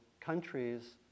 countries